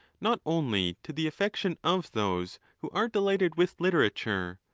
not only to the affection of those who are delighted with literature,